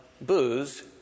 Booze